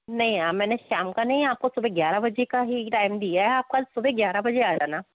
नहीं मैंने शाम का नहीं आपको सुबह ग्यारह बजे का ही टाईम दिया है आप कल सुबह ग्यारह बजे आ जाना